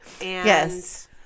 yes